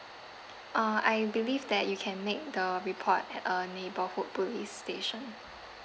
uh I believe that you can make the report at a neighbourhood police station